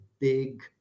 big